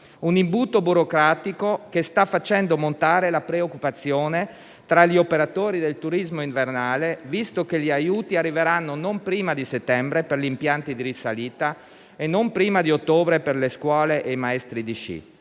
un imbuto burocratico che sta facendo montare la preoccupazione tra gli operatori del turismo invernale, visto che gli aiuti arriveranno non prima di settembre per gli impianti di risalita e non prima di ottobre per le scuole e i maestri di sci.